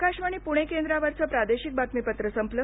आकाशवाणी पूणे केंद्रावरचं प्रादेशिक बातमीपत्र संपलं